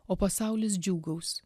o pasaulis džiūgaus